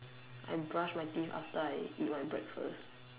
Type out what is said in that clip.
I brush my teeth after I eat my breakfast